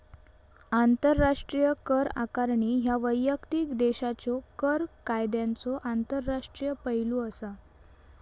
आंतरराष्ट्रीय कर आकारणी ह्या वैयक्तिक देशाच्यो कर कायद्यांचो आंतरराष्ट्रीय पैलू असा